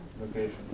Location